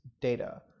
data